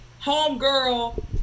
homegirl